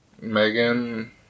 Megan